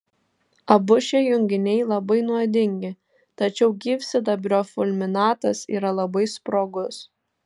abu šie junginiai labai nuodingi tačiau gyvsidabrio fulminatas yra labai sprogus